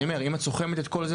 אני אומר שאם את סוכמת את כל זה,